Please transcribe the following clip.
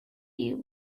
evil